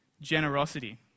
generosity